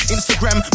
Instagram